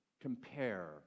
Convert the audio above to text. compare